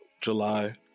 July